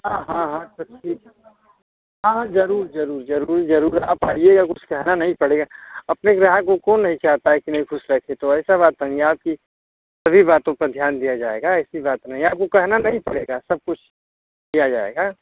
हाँ हाँ हाँ तो ठीक हाँ हाँ जरूर जरूर जरूर जरूर आप आइएगा कुछ कहना नहीं पड़ेगा अपने ग्राहक को कौन नहीं चाहता है कि नहीं खुश रखे तो ऐसा बात नहीं है आपकी सभी बातों पर ध्यान दिया जाएगा ऐसी बात नहीं है आपको कहना नहीं पड़ेगा सब कुछ दिया जाएगा